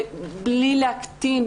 ובלי להקטין,